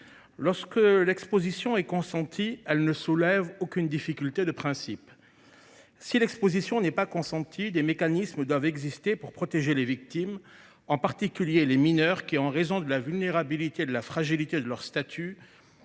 Lorsque l’exposition est consentie, elle ne soulève aucune difficulté de principe. En revanche, quand elle ne l’est pas, des mécanismes doivent protéger les victimes, en particulier les mineurs, qui, en raison de la vulnérabilité et de la fragilité de leur statut,